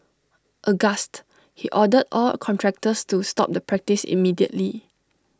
aghast he ordered all contractors to stop the practice immediately